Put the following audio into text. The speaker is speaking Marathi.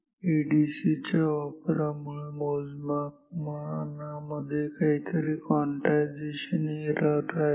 एडीसी च्या वापरामुळे मोजमापनामध्ये काहीतरी क्वांटाईझेशन एरर राहील